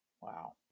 Wow